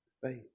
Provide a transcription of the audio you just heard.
Faith